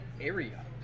area